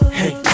hey